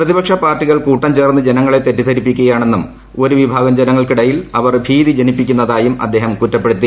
പ്രതിപക്ഷ പാർട്ടികൾ കൂട്ടം ചേർന്ന് ജനങ്ങളെ തെറ്റിദ്ധരിപ്പിക്കുകയാണെന്നും ഒരു വിഭാഗം ജനങ്ങൾക്കിടയിൽ അവർ ഭീതി ജനിപ്പിക്കുന്നതായും അദ്ദേഹം കുറ്റപ്പെടുത്തി